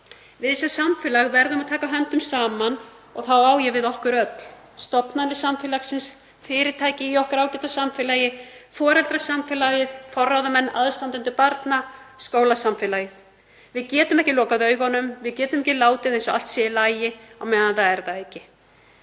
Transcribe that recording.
Við sem samfélag verðum að taka höndum saman og þá á ég við okkur öll; stofnanir samfélagsins, fyrirtæki í okkar ágæta samfélagi, foreldrasamfélagið, forráðamenn, aðstandendur barna, skólasamfélagið. Við getum ekki lokað augunum. Við getum ekki látið eins og allt sé í lagi á meðan það er það ekki.